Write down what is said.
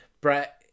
Brett